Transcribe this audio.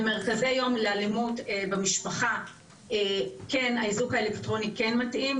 במרכזי יום לאלימות במשפחה האיזוק האלקטרוני כן מתאים.